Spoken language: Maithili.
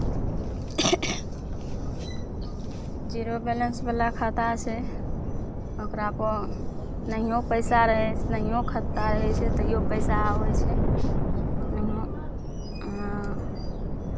जीरो बैलेंसवला खाता छै ओकरापर नहिओ पैसा रहै नहिओ खगता रहै छै तैओ पैसा आबै छै नहिओ हँ